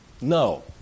no